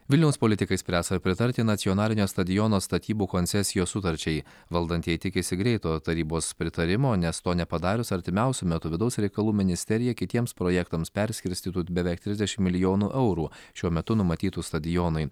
vilniaus politikai spręs ar pritarti nacionalinio stadiono statybų koncesijos sutarčiai valdantieji tikisi greito tarybos pritarimo nes to nepadarius artimiausiu metu vidaus reikalų ministerija kitiems projektams perskirstytų beveik trisdešim milijonų eurų šiuo metu numatytų stadionui